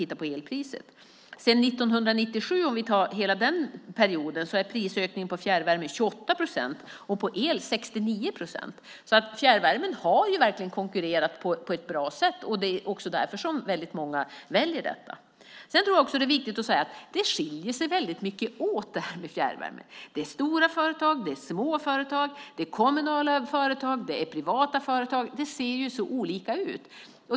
Sedan 1997 har prisökningen på fjärrvärme varit 28 procent och på el 69 procent. Fjärrvärmen har alltså verkligen konkurrerat på ett bra sätt. Det är därför väldigt många väljer detta. Det finns stora skillnader när det gäller fjärrvärme. Det är stora företag och små företag. Det är kommunala företag och privata företag. Det ser så olika ut.